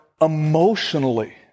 emotionally